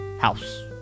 House